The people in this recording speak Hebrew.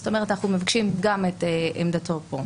זאת אומרת, אנחנו מבקשים גם את עמדתו כאן